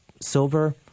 Silver